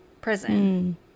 prison